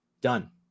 Done